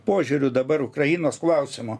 požiūriu dabar ukrainos klausimo